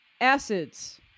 acids